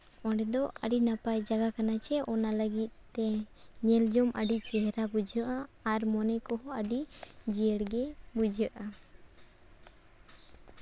ᱚᱸᱰᱮ ᱫᱚ ᱟᱹᱰᱤ ᱱᱟᱯᱟᱭ ᱡᱟᱭᱜᱟ ᱠᱟᱱᱟ ᱥᱮ ᱚᱱᱟ ᱞᱟᱹᱜᱤᱫ ᱛᱮ ᱧᱮᱞ ᱧᱚᱜ ᱟᱹᱰᱤ ᱪᱮᱦᱨᱟ ᱵᱩᱡᱷᱟᱹᱜᱼᱟ ᱟᱨ ᱢᱚᱱᱮ ᱠᱚ ᱦᱚᱸ ᱟᱹᱰᱤ ᱡᱤᱭᱟᱹᱲ ᱜᱮ ᱵᱩᱡᱷᱟᱹᱜᱼᱟ